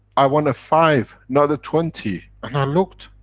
i want a five not a twenty, and i looked,